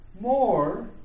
more